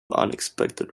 unexpected